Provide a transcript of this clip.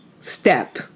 step